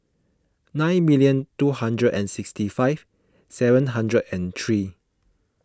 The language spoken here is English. nine million two hundred and sixty five seven hundred and three